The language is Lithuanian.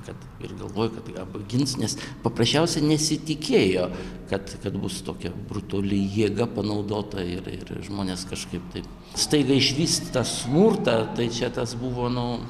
kad ir galvoju kad apgins nes paprasčiausiai nesitikėjo kad kad bus tokia brutali jėga panaudota ir ir žmonės kažkaip taip staiga išvys tą smurtą tai čia tas buvo nu